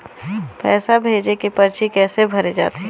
पैसा भेजे के परची कैसे भरे जाथे?